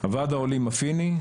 הוועד הספורטיבי הסיני,